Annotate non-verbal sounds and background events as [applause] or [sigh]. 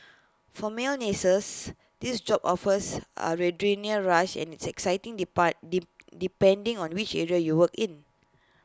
for male nurses this job offers A [unintelligible] rush and it's exciting depart D depending on which area you work in